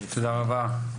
תודה רבה,